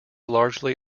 largely